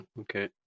okay